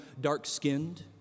dark-skinned